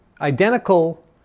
identical